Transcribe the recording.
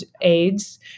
AIDS